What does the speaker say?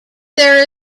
there